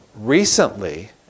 recently